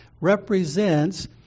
represents